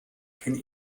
kenne